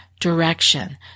direction